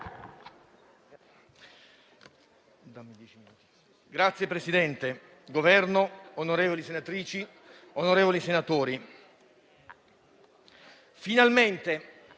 Signora Presidente, Governo, onorevoli senatrici, onorevoli senatori,